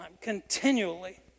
continually